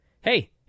hey